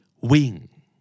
Wing